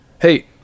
Hey